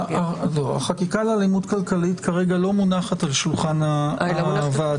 החקיקה לאלימות כלכלית לא מונחת כרגע על שולחן הוועדה.